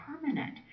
permanent